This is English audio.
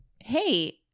Hey